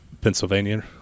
Pennsylvania